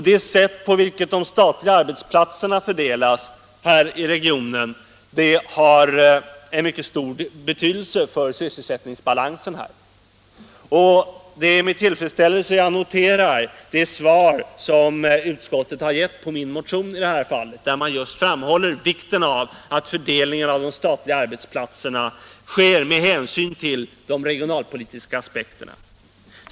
Det sätt på vilket de statliga arbetsplatserna fördelas i regionen är av mycket stor betydelse för sysselsättningsbalansen här. Det är med tillfredsställelse jag noterar det svar som utskottet har gett på min motion i detta fall. Utskottet framhåller just vikten av att fördelningen av de statliga arbetsplatserna sker med hänsyn till de regionalpolitiska aspekterna.